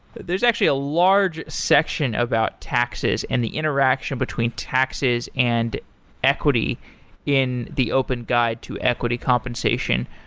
there's actually a large section about taxes and the interaction between taxes and equity in the open guide to equity compensation.